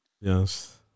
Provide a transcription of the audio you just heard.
Yes